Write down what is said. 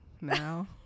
now